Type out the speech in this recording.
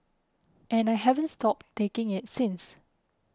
and I haven't stopped taking it since